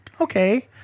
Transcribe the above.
okay